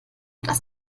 dass